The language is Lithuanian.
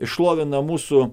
šlovina mūsų